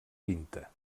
tinta